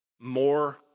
more